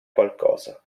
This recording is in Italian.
qualcosa